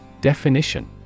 Definition